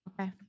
Okay